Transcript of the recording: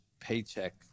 paycheck